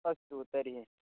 अस्तु तर्हि